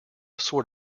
sort